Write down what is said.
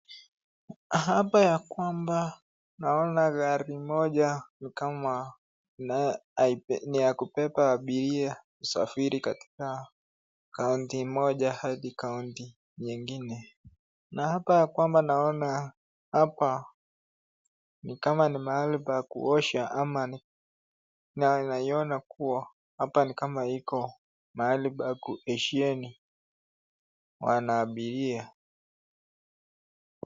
Hapa ya kwamba naona gari moja ni kama ni ya kubeba abiria usafiri katika kaunti moja hadi kaunti nyingine. Na hapa ya kwamba naona hapa ni kama ni mahali pa kuosha ama naona kuwa hapa ni kama iko mahali pa kuegesheni wanaabiria.